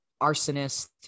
arsonist